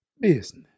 business